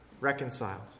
reconciled